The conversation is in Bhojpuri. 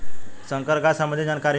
संकर गाय सबंधी जानकारी दी?